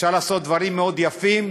אפשר לעשות דברים מאוד יפים,